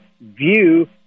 view